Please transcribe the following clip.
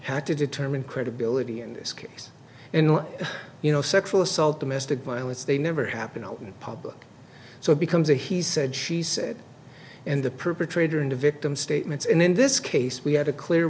had to determine credibility in this case and you know sexual assault domestic violence they never happen on public so it becomes a he said she said and the perpetrator and a victim statements and in this case we had a clear